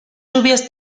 lluvias